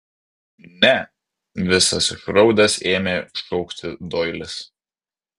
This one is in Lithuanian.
ne visas išraudęs ėmė šaukti doilis